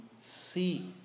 see